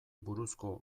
buruzko